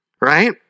right